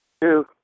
Two